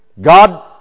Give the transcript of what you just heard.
God